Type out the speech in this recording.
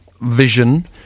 vision